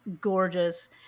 gorgeous